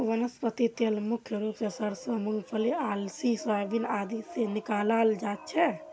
वनस्पति तेल मुख्य रूप स सरसों मूंगफली अलसी सोयाबीन आदि से निकालाल जा छे